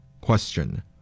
Question